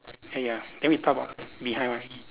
ya then we talk about behind one